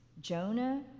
Jonah